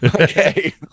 Okay